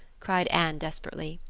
cried anne desperately.